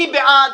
מי בעד,